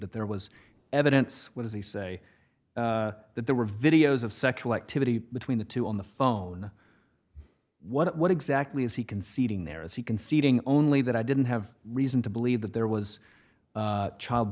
that there was evidence was they say that there were videos of sexual activity between the two on the phone what exactly is he conceding there is he conceding only that i didn't have reason to believe that there was child